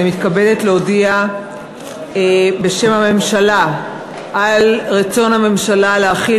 אני מתכבדת להודיע בשם הממשלה על רצון הממשלה להחיל